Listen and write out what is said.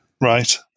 Right